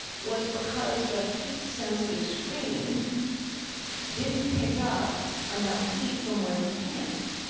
was because the heat sensitive screen didn't pick up enough heat from women's hands.